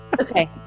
Okay